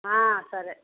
సరే